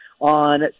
on